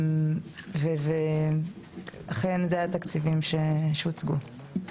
ואכן זה התקציבים שהוצגו.